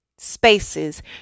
spaces